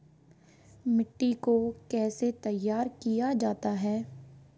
मिट्टी को कैसे तैयार किया जाता है?